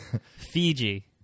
Fiji